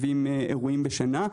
אירועים בשנה.